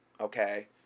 Okay